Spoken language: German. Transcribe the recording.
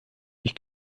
ich